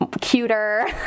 cuter